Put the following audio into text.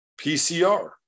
PCR